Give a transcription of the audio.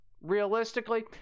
realistically